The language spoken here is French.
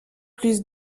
plus